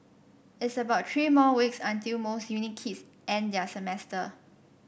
it's about three more weeks until most uni kids end their semester